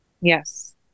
yes